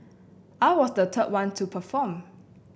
I was the third one to perform